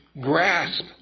grasp